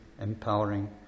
empowering